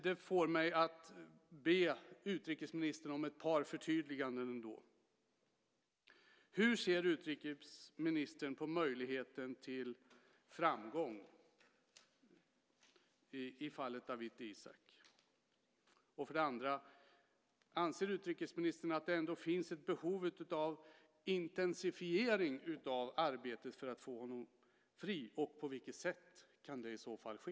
Det får mig att be utrikesministern om ett par förtydliganden ändå. Hur ser utrikesministern på möjligheten till framgång i fallet Dawit Isaak? Anser utrikesministern att det ändå finns ett behov av intensifiering av arbetet för att få honom fri? På vilket sätt kan det i så fall ske?